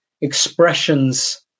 expressions